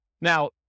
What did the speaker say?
Now